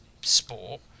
sport